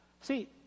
See